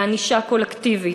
בענישה קולקטיבית,